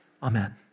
Amen